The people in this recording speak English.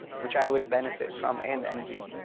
which i would benefit from and envy.